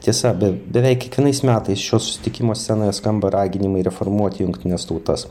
tiesa be beveik kiekvienais metais šio susitikimo scenoje skamba raginimai reformuot jungtines tautas